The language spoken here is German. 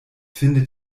findet